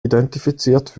identifiziert